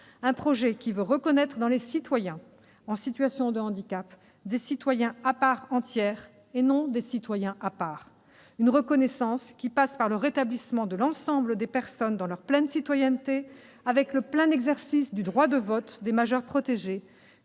projet qui veut reconnaître dans les citoyens en situation de handicap des citoyens à part entière, et non des citoyens à part. Cette reconnaissance passe par le rétablissement de l'ensemble des personnes dans leur pleine citoyenneté, avec le plein exercice du droit de vote des majeurs protégés,